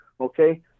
okay